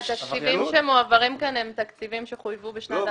התקציבים שמועברים כאן הם תקציבים שחויבו בשנת